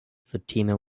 fatima